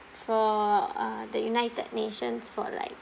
for uh the united nations for like